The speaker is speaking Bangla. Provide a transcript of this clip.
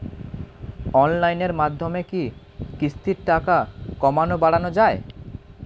অনলাইনের মাধ্যমে কি কিস্তির টাকা কমানো বাড়ানো যায়?